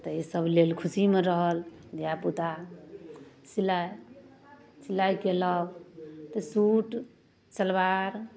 तऽ एहिसभ लेल खुशीमे रहल धियापुता सिलाइ सिलाइ कएलहुँ तऽ सूट सलवार